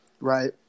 Right